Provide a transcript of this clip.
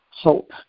hope